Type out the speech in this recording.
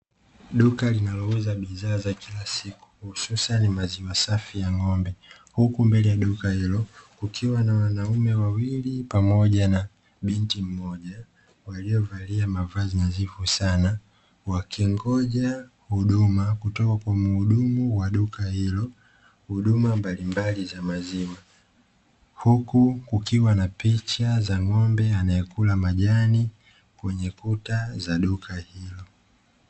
Duka linalouza bidhaa za kila siku, hususani maziwa (safi ya ng'ombe) huku mbele ya duka hilo kukiwa na wanaume wawili pamoja na binti mmoja, waliovalia mavazi nadhifu sana, wakingoja huduma kutoka kwa muhudumu wa duka hilo, huduma mbalimbali za maziwa, huku kukiwa na picha za ng'ombe anayekula majani kwenye kuta za duka hilo.